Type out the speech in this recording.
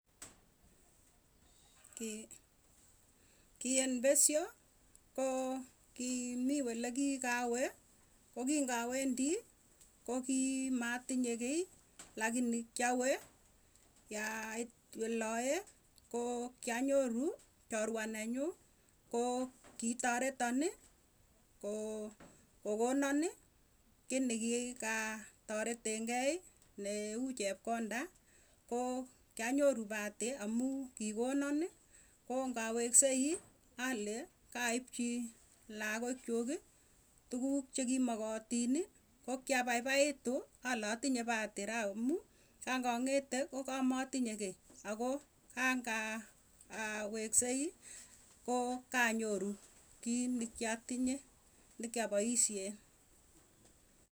Kiiy en pesyo kokimii olekiawendii kokiimatinye kiiy lakini kwawee yait oloe koo kianyoruu chorwa nenyuu, koo kitaretanii koo kokonanii kii nekikatareten geii, neu chepkonda koo kianyoruu pahati amuu kikonan ii koo ngaweksei ale kaipchii lakokchuuk tuguk chekimakatinii koo kiapaipaitu ale atinye pahati raa amu kangang'ete koo kamatinye kiiy akoo kangaa weksei koo kanyoru kiit ne kiatinye nekiapaisyen.